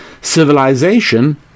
Civilization